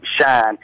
shine